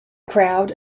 crowd